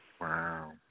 Wow